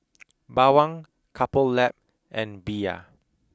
Bawang Couple Lab and Bia